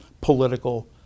political